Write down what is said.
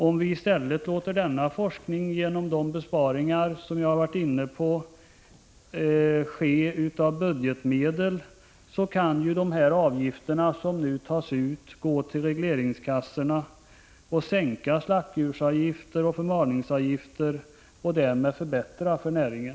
Om vi i stället låter denna forskning, genom de besparingar som jag nämnt, bekostas av budgetmedel, kan de avgifter som nu tas ut gå till regleringskassorna och sänka slaktdjursavgifter och förmalningsavgifter och därmed förbättra förhållandena för näringen.